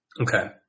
Okay